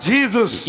Jesus